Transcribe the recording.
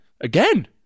again